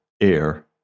air